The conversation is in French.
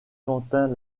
quentin